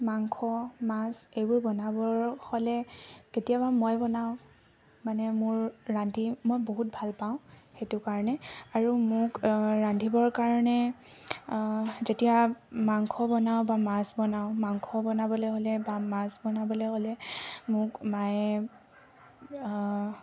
মাংস মাছ এইবোৰ বনাবৰ হ'লে কেতিয়াবা মই বনাওঁ মানে মোৰ ৰান্ধি মই বহুত ভাল পাওঁ সেইটো কাৰণে আৰু মোক ৰান্ধিবৰ কাৰণে যেতিয়া মাংস বনাওঁ বা মাছ বনাওঁ মাংস বনাবলৈ হ'লে বা মাছ বনাবলৈ হ'লে মোক মায়ে